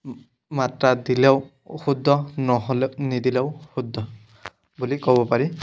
মাত্ৰা দিলেও শুদ্ধ নহ'লেও নিদিলেও শুদ্ধ বুলি ক'ব পাৰি